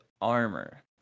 armor